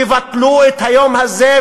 תבטלו את היום הזה,